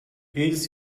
eles